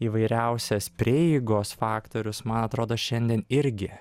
įvairiausias prieigos faktorius man atrodo šiandien irgi